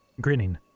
Grinning